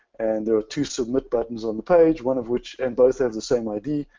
and there are two submit buttons on the page, one of which, and both have the same id,